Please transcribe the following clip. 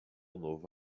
novo